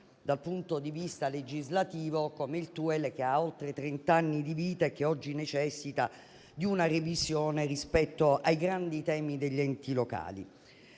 dal punto di vista legislativo, come il TUEL, che ha oltre trenta anni di vita e che oggi necessita di una revisione rispetto ai grandi temi degli enti locali.